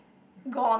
gone